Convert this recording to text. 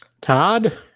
Todd